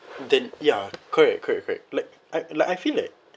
then ya correct correct correct like I like I feel that